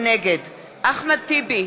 נגד אחמד טיבי,